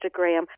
Instagram